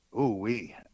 Ooh-wee